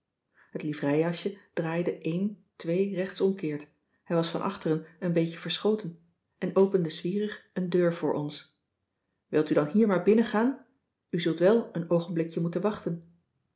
het livreijasje draaide een twee rechtsomkeert hij was van achteren n beetje verschoten en opende zwierig een deur voor ons wilt u dan hier maar binnen gaan u zult wel een oogenblikje moeten wachten